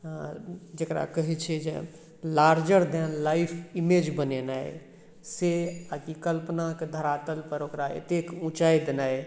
जकरा कहैत छै जे लार्जर देन लाइफ इमेज बनेनाइ से आ कि कल्पनाक धरातलपर ओकरा एतेक ऊँचाइ देनाइ